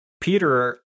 Peter